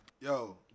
Yo